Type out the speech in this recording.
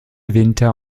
winter